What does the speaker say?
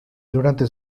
durante